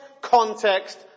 context